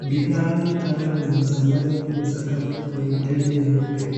Bidhaa tano zimesambazwa juu ya sakafu yenye taili nyeupe